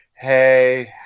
Hey